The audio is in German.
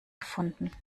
gefunden